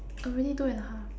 already two and a half